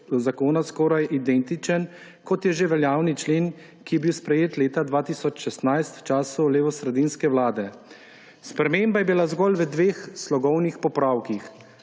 zakona skoraj identičen veljavnemu členu, ki je bil sprejet leta 2016, v času levosredinske vlade, sprememba je bila zgolj v dveh slogovnih popravkih.